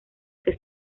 que